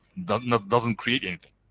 doesn't doesn't create anything.